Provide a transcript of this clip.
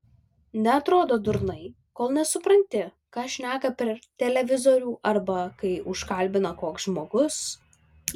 neatrodo durnai kol nesupranti ką šneka per televizorių arba kai užkalbina koks žmogus